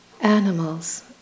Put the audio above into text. Animals